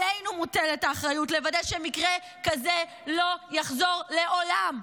עלינו מוטלת האחריות לוודא שמקרה כזה לא יחזור לעולם.